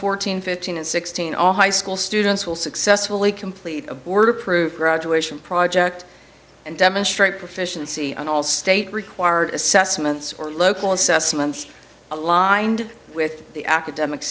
fourteen fifteen and sixteen are high school students will successfully complete a board approved graduation project and demonstrate proficiency on all state required assessments or local assessments aligned with the academic